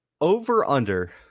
Over-under